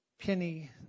penny